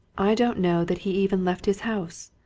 i don't know that he even left his house.